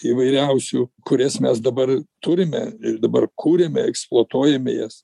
įvairiausių kurias mes dabar turime ir dabar kuriame eksploatuojame jas